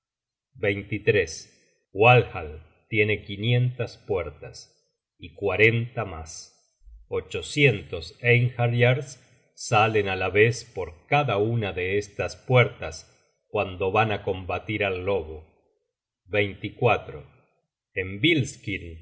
candado wallhall tiene quinientas puertas y cuarenta mas ochocientos einhaeryars salen á la vez por cada una de estas puertas cuando van á combatir al lobo en